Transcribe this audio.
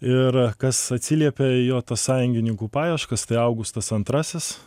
ir kas atsiliepia į jo sąjungininkų paieškas tai augustas antrasis